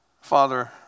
Father